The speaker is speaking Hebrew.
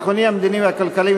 הביטחוני והכלכלי,